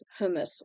hummus